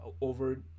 over